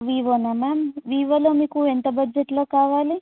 వివోనా ma'am వివోలో మీకు ఎంత బడ్జెట్లో కావాలి